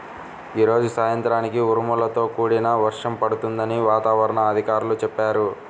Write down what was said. యీ రోజు సాయంత్రానికి ఉరుములతో కూడిన వర్షం పడుతుందని వాతావరణ అధికారులు చెప్పారు